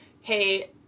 Hey